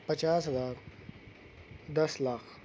پچاس ہزار دس لاکھ